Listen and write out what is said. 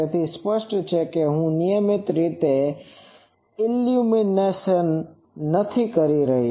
તેથી તે સ્પષ્ટ છે કે હું નિયમિત રીતે ઈલ્યુમીનેસન નથી કરી રહ્યો